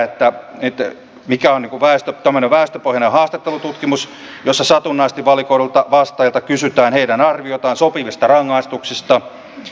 se on kattava tutkimushanke tämmöinen väestöpohjainen haastattelututkimus jossa satunnaisesti valikoiduilta vastaajilta kysytään heidän arviotaan sopivista rangaistuksista